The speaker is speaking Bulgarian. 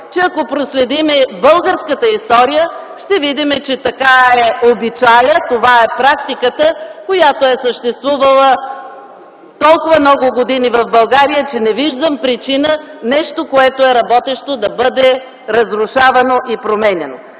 че ако проследим българската история, ще видим, че такъв е обичаят, това е практиката, която е съществувала толкова много години в България, че не виждам причина нещо, което е работещо, да бъде разрушавано и променяно.